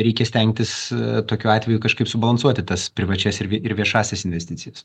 reikia stengtis tokiu atveju kažkaip subalansuoti tas privačias ir viešąsias investicijas